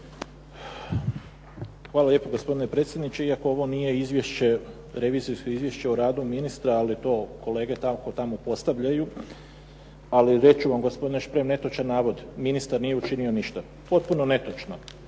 Hvala lijepo gospodine predsjedniče, iako ovo nije izvješće, revizorsko izvješće o radu ministra, ali to kolege tako tamo postavljaju. Ali reći ću vam gospodine Šprem netočan navod. Ministar nije učinio ništa. Potpuno netočno.